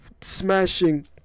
smashing